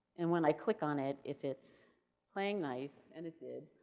and when i click on it, if it's playing nice and it did,